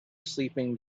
sleeping